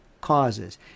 causes